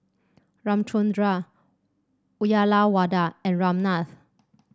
Ramchundra Uyyalawada and Ramnath